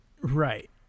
Right